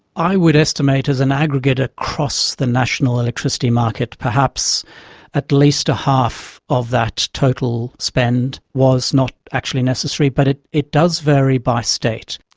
i would estimate as an aggregate across the national electricity market, perhaps at least a half of that total spend was not actually necessary, but it it does vary by state.